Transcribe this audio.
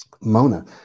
Mona